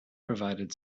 provided